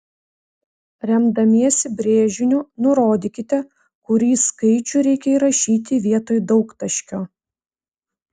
remdamiesi brėžiniu nurodykite kurį skaičių reikia įrašyti vietoj daugtaškio